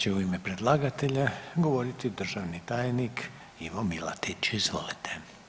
Sada će u ime predlagatelja govoriti državni tajnik Ivo Milatić, izvolite.